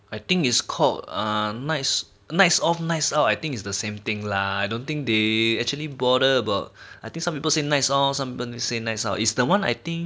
I think is called ah nights nights off nights out I think is the same thing lah I don't think they actually bother about I think some people say nights off some people say nights out it's the one I think